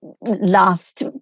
last